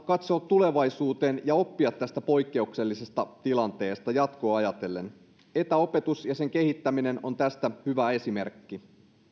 katsoa tulevaisuuteen ja oppia tästä poikkeuksellisesta tilanteesta jatkoa ajatellen etäopetus ja sen kehittäminen on tästä hyvä esimerkki